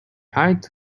eyed